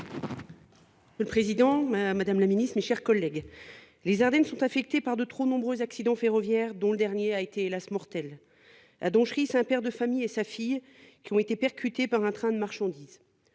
Monsieur le président, madame la ministre, mes chers collègues, les Ardennes sont affectées par de trop nombreux accidents ferroviaires, dont le dernier a été- hélas ! -mortel. À Donchery, c'est un père de famille et sa fille qui ont été percutés par un train de marchandises.